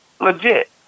legit